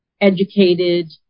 educated